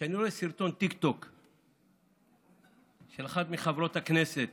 כשאני רואה סרטון טיקטוק של אחת מחברות הכנסת